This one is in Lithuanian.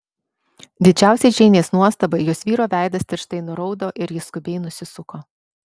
didžiausiai džeinės nuostabai jos vyro veidas tirštai nuraudo ir jis skubiai nusisuko